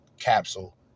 Capsule